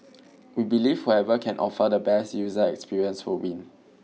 we believe whoever can offer the best user experience will win